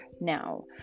now